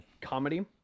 comedy